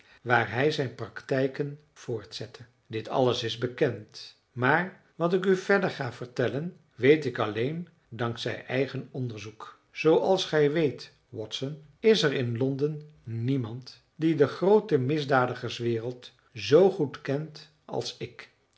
waar hij zijn praktijken voortzette dit alles is bekend maar wat ik u verder ga vertellen weet ik alleen dank zij eigen onderzoek zooals gij weet watson is er in londen niemand die de groote misdadigerswereld zoo goed kent als ik